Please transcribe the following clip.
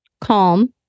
calm